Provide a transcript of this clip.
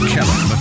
Kevin